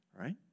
right